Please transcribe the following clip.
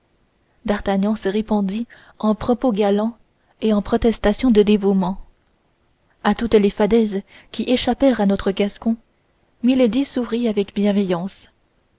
d'artagnan se répandit en propos galants et en protestations de dévouement à toutes les fadaises qui échappèrent à notre gascon milady sourit avec bienveillance